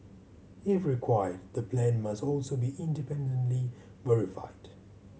if required the plan must also be independently verified